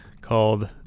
called